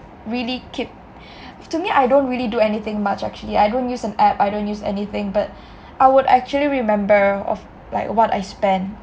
really keep to me I don't really do anything much actually I don't use an app I don't use anything but I would actually remember of like what I spend